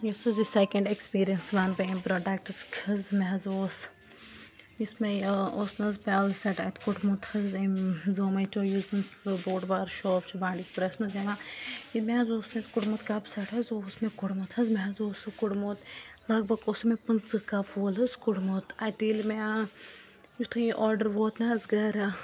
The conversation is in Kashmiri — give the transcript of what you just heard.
یُس سُہ بہٕ سٮ۪کٮ۪نٛڈ اٮ۪کٕسپیٖریَنٕس وَنہٕ بہٕ اَمہِ پرٛوٚڈَکٹُک حظ مےٚ حظ اوس یُس مےٚ یہِ اوس نہٕ حظ پیٛالہٕ سٮ۪ٹ اَتہِ کوٚڑمُت حظ اَمہِ زومیٹو یُس زَن سُہ بوٚڈ بار شاپ چھُ بانٛڈی پوراہَس منٛز یِوان اے مےٚ حظ اوس اَتہِ کوٚڑمُت کَپ سٮ۪ٹ حظ اوس مےٚ کوٚڑمُت حظ مےٚ حظ اوس سُہ کوٚڑمُت لَگ بگ اوس سُہ مےٚ پٕنٛژٕہ کَپ وول حظ کوٚڑمُت اَتہِ ییٚلہِ مےٚ یُتھُے یہِ آرڈَر ووت نہٕ حظ گَرٕ